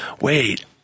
wait